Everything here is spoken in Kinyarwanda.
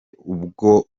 ubwo